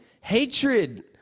hatred